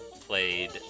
played